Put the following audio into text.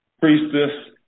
Priestess